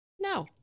No